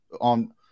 on